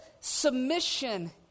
submission